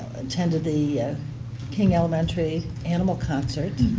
attended the king elementary animal concert.